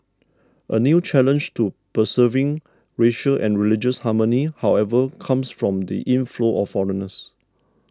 a new challenge to preserving racial and religious harmony however comes from the inflow of foreigners